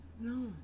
No